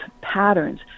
patterns